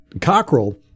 Cockrell